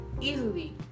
easily